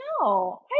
no